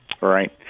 Right